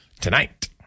tonight